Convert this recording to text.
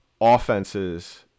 offenses